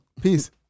Peace